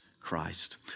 Christ